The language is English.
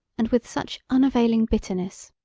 and with such unavailing bitterness!